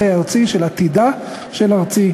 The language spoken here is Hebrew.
אני מודה על ההקשבה, ולעתיד טוב יותר בכנס הבא.